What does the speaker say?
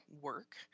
work